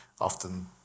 often